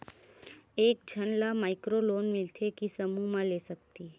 एक झन ला माइक्रो लोन मिलथे कि समूह मा ले सकती?